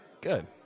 Good